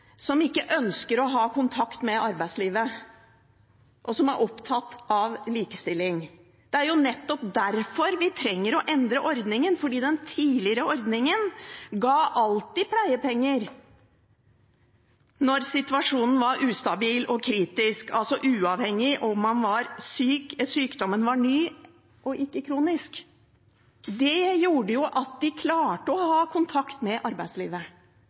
som ikke ønsker å ha kontakt med arbeidslivet, og som ikke er opptatt av likestilling? Det er jo nettopp derfor vi trenger å endre ordningen, for den tidligere ordningen ga alltid pleiepenger når situasjonen var ustabil og kritisk – altså uavhengig av om sykdommen var ny og ikke kronisk. Det gjorde at de klarte å ha kontakt med arbeidslivet,